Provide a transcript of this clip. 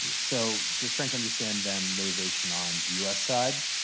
so, just trying to understand then, motivation on the u s. side.